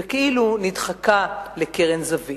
וכאילו נדחקה לקרן זווית,